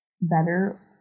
better